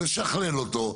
לשכלל אותו,